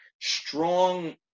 strong